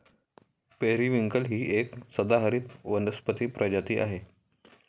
periwinkle ही एक सदाहरित वनस्पती प्रजाती आहे